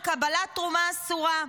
על קבלת תרומה אסורה.